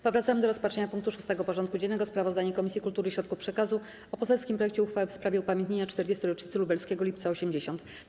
Powracamy do rozpatrzenia punktu 6. porządku dziennego: Sprawozdanie Komisji Kultury i Środków Przekazu o poselskim projekcie uchwały w sprawie upamiętnienia 40. rocznicy Lubelskiego Lipca ’80.